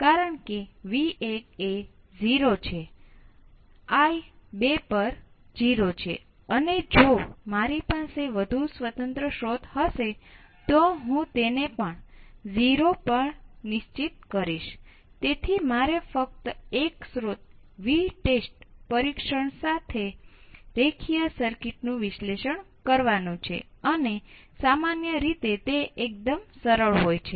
તેથી અહીંના પ્રદેશોને સંતૃપ્તિ પ્રદેશો તરીકે ઓળખવામાં આવે છે